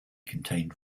contained